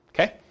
Okay